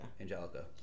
Angelica